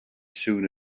soon